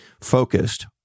focused